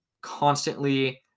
constantly